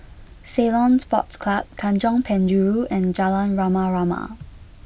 Ceylon Sports Club Tanjong Penjuru and Jalan Rama Rama